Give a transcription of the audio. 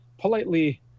politely